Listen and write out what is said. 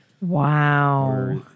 Wow